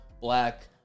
black